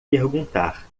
perguntar